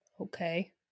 Okay